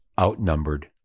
outnumbered